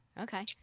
Okay